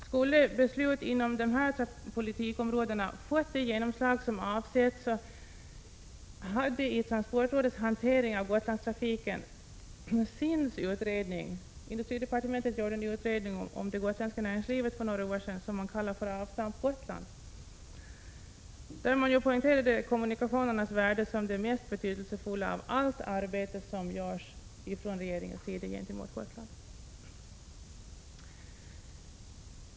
Skulle beslut inom dessa politikområden fått det genomslag som avsetts så hade i transportrådets hantering av Gotlandstrafiken SIND:s utredning bättre beaktats. Industridepartementet gjorde för några år sedan en utredning om det gotländska näringslivet som kallades Avstamp Gotland, där man poängterade att kommunikationerna var det mest betydelsefulla av allt arbete som görs från regeringens sida gentemot Gotland.